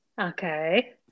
Okay